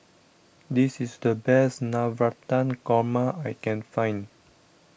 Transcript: this is the best Navratan Korma I can find